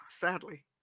sadly